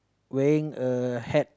wearing a hat